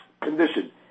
condition